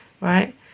right